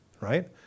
right